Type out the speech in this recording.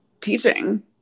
teaching